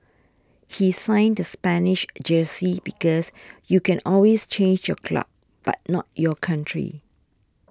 he signed the Spanish jersey because you can always change your club but not your country